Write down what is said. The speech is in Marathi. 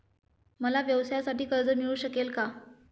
मला व्यवसायासाठी कर्ज मिळू शकेल का?